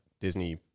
Disney